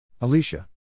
Alicia